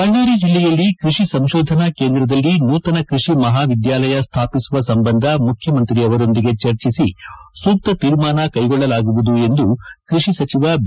ಬಳ್ಳಾರಿ ಜಿಲ್ಲೆಯಲ್ಲಿ ಕೃಷಿ ಸಂಶೋಧನಾ ಕೇಂದ್ರದಲ್ಲಿ ನೂತನ ಕೃಷಿ ಮಹಾವಿದ್ದಾಲಯ ಸ್ವಾಪಿಸುವ ಸಂಬಂಧ ಮುಖ್ಯಮಂತ್ರಿ ಆವರೊಂದಿಗೆ ಚರ್ಚಿಸಿ ಸೂಕ್ತ ತೀರ್ಮಾನ ಕೈಗೊಳ್ಳಲಾಗುವುದು ಎಂದು ಕೃಷಿ ಸಚಿವ ಬಿ